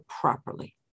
properly